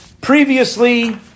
Previously